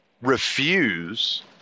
refuse